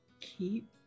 keep